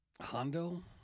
Hondo